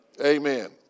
Amen